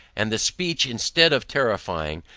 and the speech instead of terrifying,